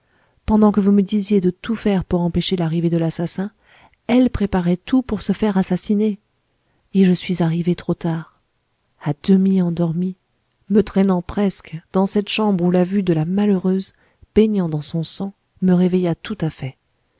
pendant que vous me disiez de tout faire pour empêcher l'arrivée de l'assassin elle préparait tout pour se faire assassiner et je suis arrivé trop tard à demi endormi me traînant presque dans cette chambre où la vue de la malheureuse baignant dans son sang me réveilla tout à fait